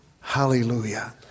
hallelujah